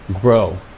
grow